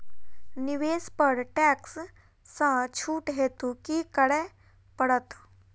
निवेश पर टैक्स सँ छुट हेतु की करै पड़त?